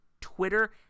Twitter